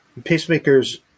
pacemakers